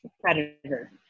predator